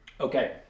Okay